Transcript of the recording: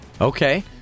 Okay